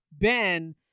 Ben